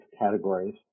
categories